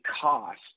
cost